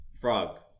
Frog